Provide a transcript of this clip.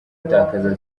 gutakaza